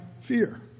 fear